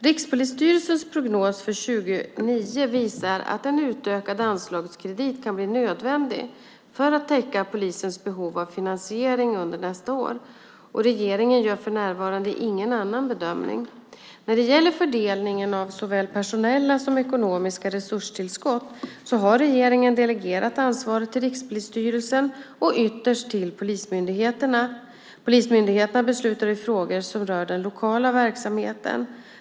Rikspolisstyrelsens prognos för 2009 visar att en utökad anslagskredit kan bli nödvändig för att täcka polisens behov av finansiering under nästa år. Regeringen gör för närvarande ingen annan bedömning. När det gäller fördelningen av såväl personella som ekonomiska resurstillskott har regeringen delegerat ansvaret till Rikspolisstyrelsen och ytterst till polismyndigheterna. Polismyndigheterna beslutar i frågor som rör den lokala verksamheten.